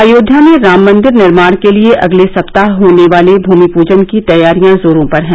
अयोध्या में राम मंदिर निर्माण के लिए अगले सप्ताह होने वाले भूमि पूजन की तैयारियों जोरों पर हैं